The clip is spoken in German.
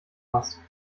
was